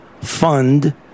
fund